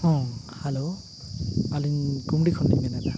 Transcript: ᱦᱚᱸ ᱦᱮᱞᱳ ᱟᱹᱞᱤᱧ ᱠᱩᱢᱰᱤ ᱠᱷᱚᱱ ᱞᱤᱧ ᱢᱮᱱ ᱮᱫᱟ